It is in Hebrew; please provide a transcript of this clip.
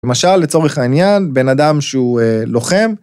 למשל, לצורך העניין, בן אדם שהוא לוחם.